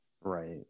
right